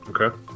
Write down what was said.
Okay